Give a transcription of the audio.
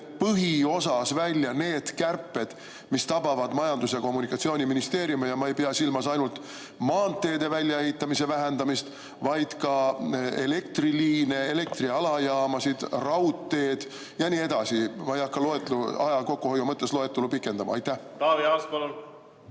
põhiosas välja need kärped, mis tabavad Majandus- ja Kommunikatsiooniministeeriumi? Ma ei pea silmas ainult maanteede väljaehitamise vähendamist, vaid ka elektriliine, elektrialajaamasid, raudteed ja nii edasi. Ma ei hakka aja kokkuhoiu mõttes loetelu pikendama. Taavi Aas,